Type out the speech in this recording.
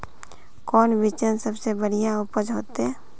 कौन बिचन सबसे बढ़िया उपज होते?